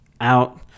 out